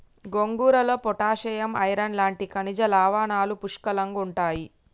గోంగూరలో potassium, iron లాంటి ఖనిజ లవణాలు పుష్కలంగుంటాయి